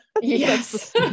Yes